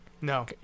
No